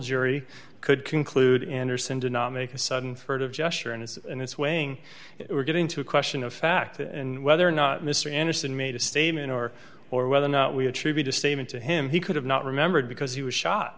jury could conclude anderson did not make a sudden furtive gesture and it's and it's weighing we're getting to a question of fact and whether or not mr anderson made a statement or or whether or not we attribute a statement to him he could have not remembered because he was shot